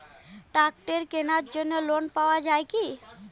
ট্রাক্টরের কেনার জন্য লোন পাওয়া যায় কি?